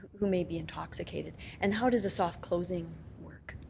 who may be intoxicated and how does a soft closing work?